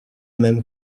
même